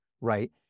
right